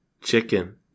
Chicken